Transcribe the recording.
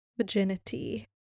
virginity